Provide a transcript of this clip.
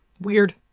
Weird